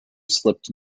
slipped